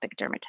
dermatitis